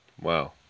Wow